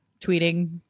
tweeting